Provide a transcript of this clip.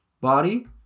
body